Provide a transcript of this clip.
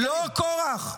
לא כורח.